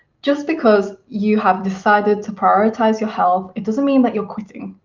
just because you have decided to prioritise your health, it doesn't mean that you're quitting,